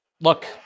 Look